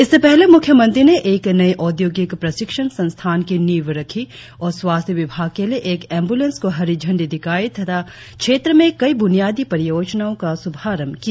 इससे पहले मुख्यमंत्री ने एक नए औद्योगिक प्रशिक्षण संस्थान की नींव रखी और स्वास्थ्य विभाग के लिए एक एम्बुलेंस को हरी झंडी दिखाई तथा क्षेत्र में कई बुनियादी परियोजनाओं का शुभारंभ किया